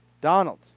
Donald